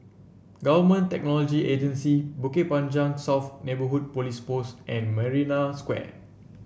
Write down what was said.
Government Technology Agency Bukit Panjang South Neighbourhood Police Post and Marina Square